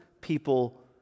People